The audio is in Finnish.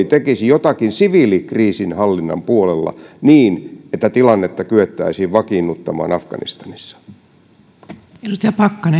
tekisi jotakin siviilikriisinhallinnan puolella niin että tilannetta kyettäisiin vakiinnuttamaan afganistanissa arvoisa